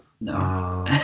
No